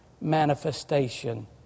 manifestation